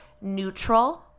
neutral